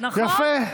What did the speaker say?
יפה.